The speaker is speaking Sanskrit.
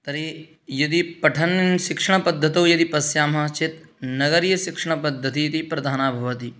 तर्हि यदि पठन् शिक्षणपद्धतौ यदि पश्यामः चेत् नगरीय शिक्षणपद्धतिः इति प्रधाना भवति